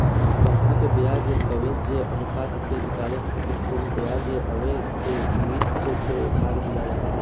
company के ब्याज coverage अनुपात के निकाले खातिर कुल ब्याज व्यय से ईबिट के भाग दियाला